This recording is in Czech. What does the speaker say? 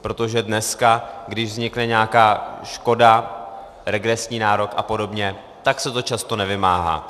Protože dneska, když vznikne nějaká škoda, regresní nárok a podobně, tak se to často nevymáhá.